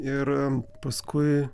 ir paskui